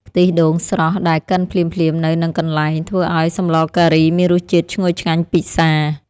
ខ្ទិះដូងស្រស់ដែលកិនភ្លាមៗនៅនឹងកន្លែង ធ្វើឱ្យសម្លការីមានរសជាតិឈ្ងុយឆ្ងាញ់ពិសា។